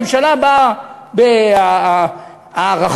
הממשלה באה בהערכות,